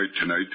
tonight